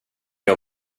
jag